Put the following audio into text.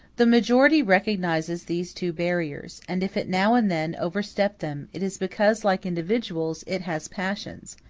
the majority recognizes these two barriers and if it now and then overstep them, it is because, like individuals, it has passions,